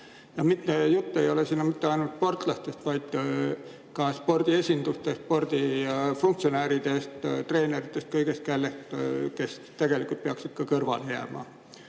Ja jutt ei ole ainult sportlastest, vaid ka spordiesindustest, spordifunktsionääridest, treeneritest – kõigist, kes tegelikult peaksid ka kõrvale jääma.